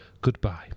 goodbye